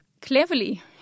cleverly